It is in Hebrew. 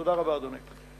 תודה רבה, אדוני.